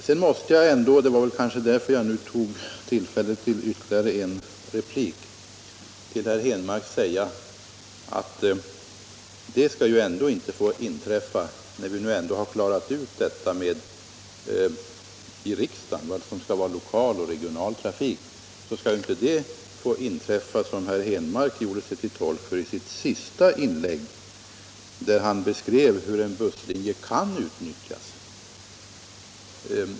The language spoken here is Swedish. Sedan måste jag ändå — och det är därför som jag nu begärde ytterligare en replik — till herr Henmark säga att när vi har klarat ut i riksdagen vad som skall vara lokal och regional trafik, skall inte det få inträffa som herr Henmark talade om i sitt senaste inlägg, där han beskrev hur en busslinje kan utnyttjas.